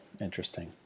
interesting